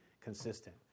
consistent